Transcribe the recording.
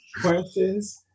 Questions